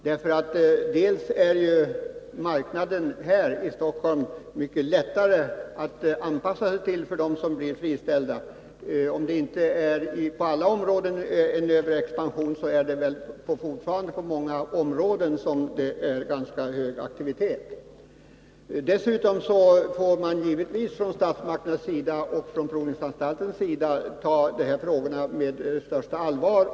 Här i Stockholm är det ju mycket lättare Nr 174 för dem som blir friställda att anpassa sig till marknaden. Även om det inte är Fredagen den en överexpansion på alla områden, är det väl fortfarande här ganska hög 11 juni 1982 aktivitet på många områden. Från statsmakternas och provningsanstaltens sida får man givetvis se på de här frågorna med största allvar.